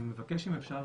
אני מבקש,